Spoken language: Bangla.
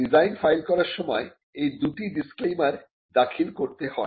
ডিজাইন ফাইল করার সময় এই দুটি ডিসক্লেইমার দাখিল করতে হয়